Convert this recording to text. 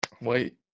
Wait